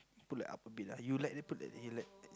put like up a bit lah you like that put eh like